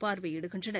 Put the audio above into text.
பார்வையிடுகின்றனர்